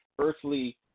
earthly